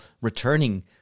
returning